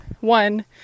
one